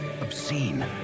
obscene